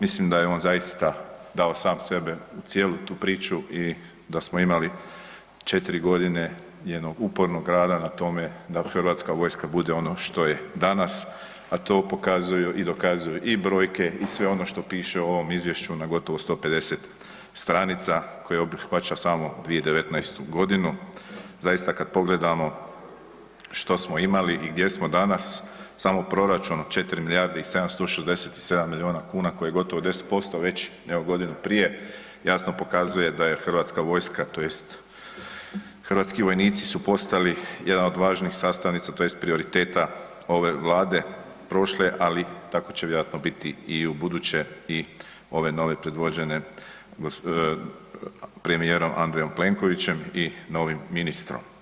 Mislim da je on zaista dao sam sebe u cijelu tu priču i da smo imali 4 godine jednog upornog rada na tome da Hrvatska vojska bude ono što je danas, a to pokazuju i dokazuju i brojke i sve ono što piše u ovom Izvješću na gotovo 150 stranica koje obuhvaća samo 2109. g. Zaista, kad pogledamo što smo imali i gdje smo danas, samo proračun od 4 milijarde i 767 milijuna kuna koji je gotovo 10% veći nego godinu prije, jasno pokazuje da je Hrvatska vojska, tj. hrvatski vojnici su postali jedan od važnih sastavnica, tj. prioriteta ove Vlade prošle, ali tako će vjerojatno biti ubuduće i ove nove predvođene .../nerazumljivo/... premijerom Andrejem Plenkovićem i novim ministrom.